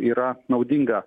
yra naudinga